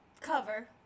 cover